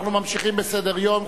אנחנו ממשיכים בסדר-היום.